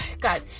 God